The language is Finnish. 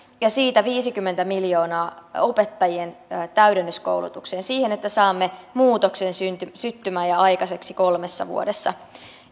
ja siitä viisikymmentä miljoonaa opettajien täydennyskoulutukseen siihen että saamme muutoksen syttymään ja aikaiseksi kolmessa vuodessa